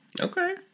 Okay